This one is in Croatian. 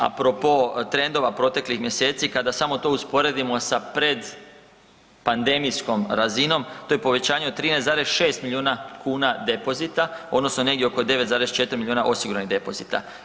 Apropo trendova proteklih mjeseci kada samo to usporedimo sa pred pandemijskom razinom to je povećanje od 13,6 milijuna kuna depozita odnosno negdje oko 9,4 milijuna osiguranih depozita.